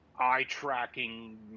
eye-tracking